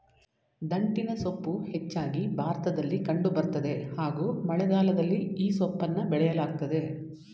ದಂಟಿನಸೊಪ್ಪು ಹೆಚ್ಚಾಗಿ ಭಾರತದಲ್ಲಿ ಕಂಡು ಬರ್ತದೆ ಹಾಗೂ ಮಳೆಗಾಲದಲ್ಲಿ ಈ ಸೊಪ್ಪನ್ನ ಬೆಳೆಯಲಾಗ್ತದೆ